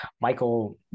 Michael